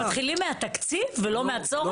אתם מתחילים מהתקציב ולא מהצורך?